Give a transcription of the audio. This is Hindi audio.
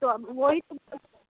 तो अब वह ही तो